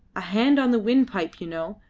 a hand on the windpipe, you know.